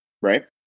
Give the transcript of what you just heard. Right